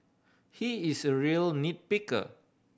he is a real nit picker